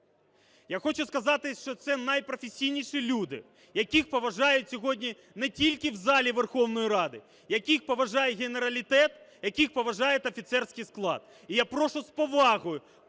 Я хочу сказати, що це найпрофесійніші люди, яких поважають сьогодні не тільки в залі Верховної Ради, яких поважає генералітет, яких поважає офіцерський склад. І я прошу з повагою